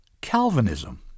Calvinism